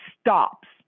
stops